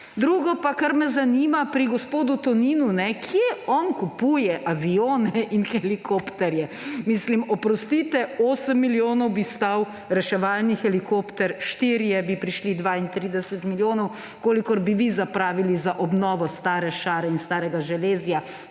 Drugo pa, kar me zanima pri gospodu Toninu: Kje on kupuje avione in helikopterje? Oprostite, 8 milijonov bi stal reševalni helikopter, štirje bi prišli 32 milijonov, kolikor bi vi zapravili za obnovo stare šare in starega železja,